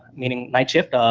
meaning night shift,